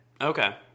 Okay